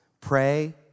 pray